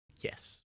Yes